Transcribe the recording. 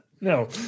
no